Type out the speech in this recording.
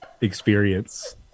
experience